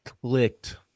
clicked